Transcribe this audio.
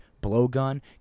blowgun